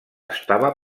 estava